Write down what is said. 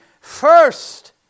first